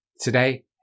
Today